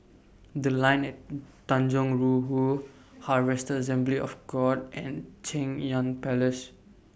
The Line At Tanjong Rhu Harvester Assembly of God and Cheng Yan Palace